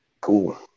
Cool